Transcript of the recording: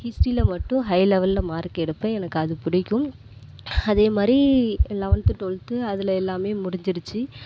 ஹிஸ்ட்ரியில மட்டும் ஹைலெவலில் மார்க் எடுப்பேன் எனக்கு அது பிடிக்கும் அதேமாதிரி லவன்த்து ட்வெல்த்து அதில் எல்லாமே முடிஞ்சிடுச்சி